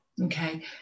Okay